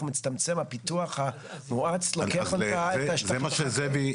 ומצטמצם הפיתוח המואץ לוקח את השטחים החקלאים.